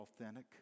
authentic